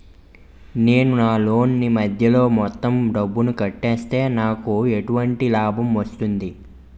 నేను నా లోన్ నీ మధ్యలో మొత్తం డబ్బును కట్టేస్తే నాకు ఎటువంటి లాభం వస్తుంది?